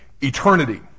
eternity